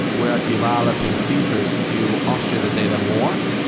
we are developing features to orchestrate the data more.